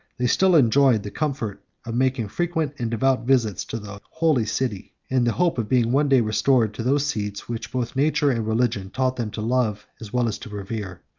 they still enjoyed the comfort of making frequent and devout visits to the holy city, and the hope of being one day restored to those seats which both nature and religion taught them to love as well as to revere.